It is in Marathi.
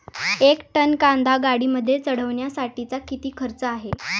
एक टन कांदा गाडीमध्ये चढवण्यासाठीचा किती खर्च आहे?